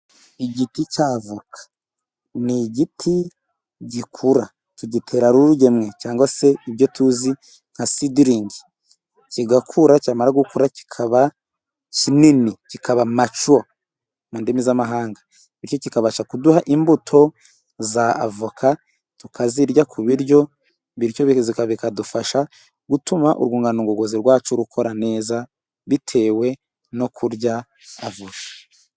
Igiti cy'avoka ni igiti gikura tugitera ari urugemwe, cyangwa se ibyo tuzi nka sidilingi, kigakura ,cyamara gukura kikaba kinini ,kikaba macuwa mu ndimi z'amahanga, bityo kikabasha kuduha imbuto z'avoka tukazirya ku biryo, bityo bikadufasha gutuma urwugano ngogozi rwacu rukora neza bitewe no kurya avoka.